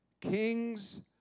kings